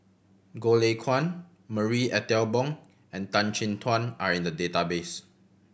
Goh Lay Kuan Marie Ethel Bong and Tan Chin Tuan are in the database